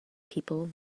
people